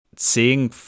seeing